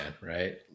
right